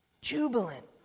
jubilant